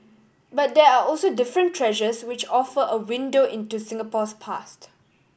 but there are also different treasures which offer a window into Singapore's past